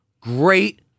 great